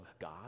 God